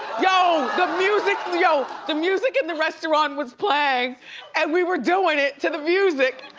yo, the music, yo the music in the restaurant was playing and we were doing it to the music.